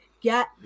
get